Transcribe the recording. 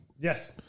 Yes